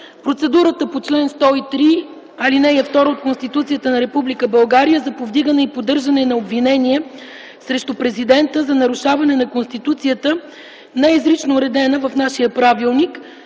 Процедурата по чл. 103, ал. 2 от Конституцията на Република България за повдигане и поддържане на обвинение срещу президента за нарушаване на Конституцията, не е изрично уредена в нашия правилник,